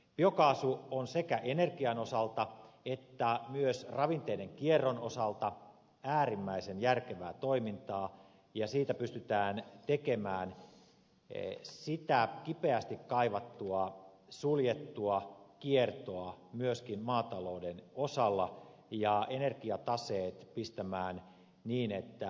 biokaasu on sekä energian osalta että myös ravinteiden kierron osalta äärimmäisen järkevää toimintaa ja siitä pystytään tekemään sitä kipeästi kaivattua suljettua kiertoa myöskin maatalouden kuussalon ja energia pääsee pistämään niin että